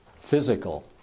physical